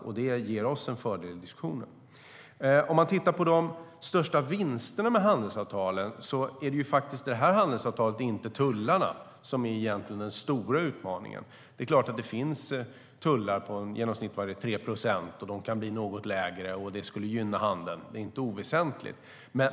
Det ger oss en fördel i diskussionen. Om man tittar på de största vinsterna med handelsavtal är det faktiskt inte tullarna som är den stora utmaningen i detta avtal. Där finns tullar på i genomsnitt 3 procent. De kan bli något lägre, vilket skulle gynna handeln - det är inte oväsentligt.